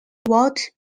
what